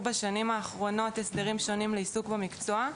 בשנים האחרונות הסדרים שונים לעיסוק במקצוע,